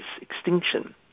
extinction